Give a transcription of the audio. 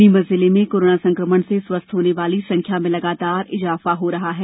नीमच जिले में कोरोना संक्रमण से स्वस्थ होने वाली संख्या में लगातार इजाफा हो रहा है